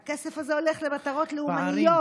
הכסף הזה הולך למטרות לאומניות.